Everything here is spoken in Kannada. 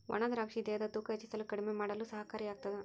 ಒಣ ದ್ರಾಕ್ಷಿ ದೇಹದ ತೂಕ ಹೆಚ್ಚಿಸಲು ಕಡಿಮೆ ಮಾಡಲು ಸಹಕಾರಿ ಆಗ್ತಾದ